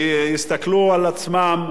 ויסתכלו על מצפונם